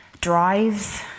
drives